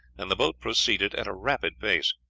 and the boat proceeded at a rapid pace.